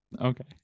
okay